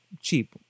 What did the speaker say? cheap